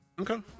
Okay